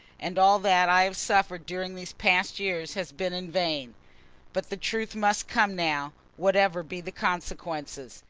and all that i have suffered during these past years has been in vain but the truth must come now, whatever be the consequences.